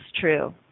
true